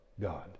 God